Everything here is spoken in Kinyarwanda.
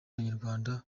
abanyarwanda